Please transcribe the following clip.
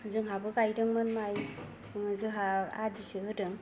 जोंहाबो गायदोंमोन माइ जोंहा आदिसो होदों